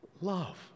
love